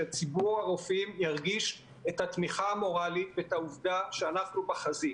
שציבור הרופאים ירגיש את התמיכה המורלית ואת העובדה שאנחנו בחזית.